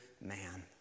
man